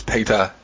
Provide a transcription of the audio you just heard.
Peter